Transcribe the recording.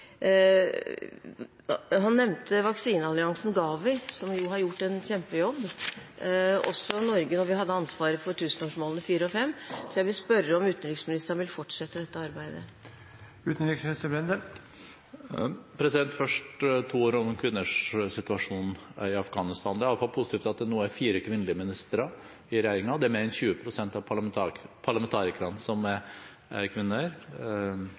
Han nevnte vaksinealliansen GAVI, som har gjort en kjempejobb, og også Norge da vi hadde ansvaret for tusenårsmålene 4 og 5. Jeg vil spørre om utenriksministeren vil fortsette dette arbeidet. Først to ord om kvinners situasjon i Afghanistan. Det er iallfall positivt at det nå er fire kvinnelige ministre i regjeringen, det er mer enn 20 pst. av parlamentarikerne som er kvinner,